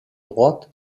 droite